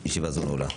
ישיבה זו נעולה.